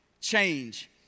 change